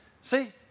See